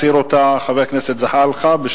הסיר אותה חבר הכנסת זחאלקה,